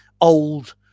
old